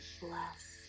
bless